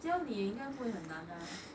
教你也应该不会很难啊